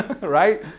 Right